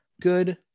good